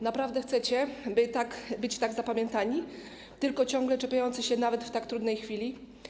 Naprawdę chcecie być tak zapamiętani, jako tylko ciągle czepiający się nawet w tak trudnej chwili?